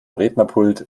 rednerpult